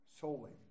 solely